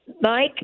Mike